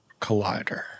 collider